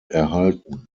erhalten